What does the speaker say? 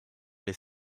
les